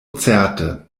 certe